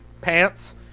pants